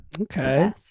Okay